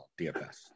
DFS